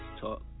talk